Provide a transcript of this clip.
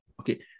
Okay